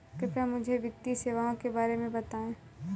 कृपया मुझे वित्तीय सेवाओं के बारे में बताएँ?